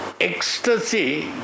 Ecstasy